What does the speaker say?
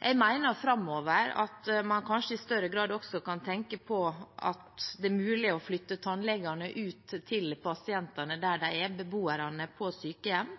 Jeg mener at man framover kanskje i større grad kan tenke på at det er mulig å flytte tannlegene ut til pasientene, der de er, f.eks. beboere på sykehjem.